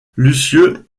lisieux